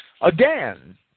Again